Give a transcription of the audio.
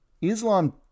Islam